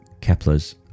Kepler's